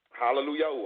Hallelujah